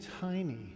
tiny